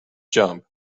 jump